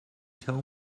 tell